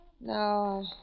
No